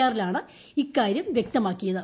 ആറിലാണ് ഇക്കാര്യം വ്യക്തമാക്കിയത്